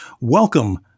Welcome